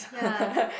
ya